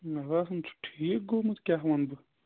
مےٚ باسان چھُ ٹھیٖک گوٚمُت کیٛاہ وَنہ بہٕ